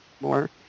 more